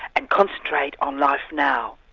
and concentrate on life now.